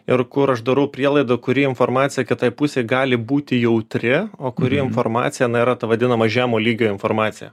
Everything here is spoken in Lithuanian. ir kur aš darau prielaidą kuri informacija kitai pusei gali būti jautri o kuri informacija na yra ta vadinama žemo lygio informacija